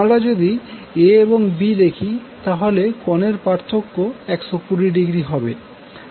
আমরা যদি A এবং B দেখি তাহলে কোনের পার্থক্য 120০ হবে